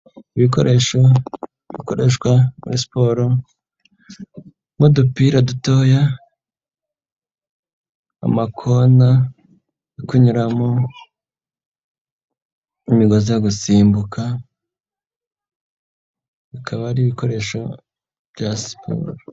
Ibikoresho bikoreshwa muri siporo n'udupira dutoya, amakona yo kunyuramo, imigozi gusimbuka, bikaba ari ibikoresho bya siporo.